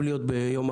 מצפה